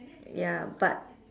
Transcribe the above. ya but